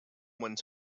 went